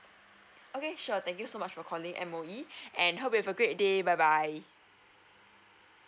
okay sure thank you so much for calling M_O_E and hope you have a great day bye bye